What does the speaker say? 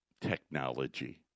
technology